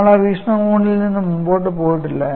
നമ്മൾ ആ വീക്ഷണകോണിൽ നിന്ന് മുന്നോട്ട് പോയിട്ടില്ല